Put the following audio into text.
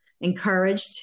encouraged